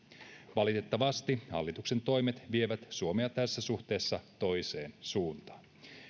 valitettavasti hallituksen toimet vievät suomea tässä suhteessa toiseen suuntaan